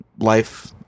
Life